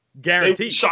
guaranteed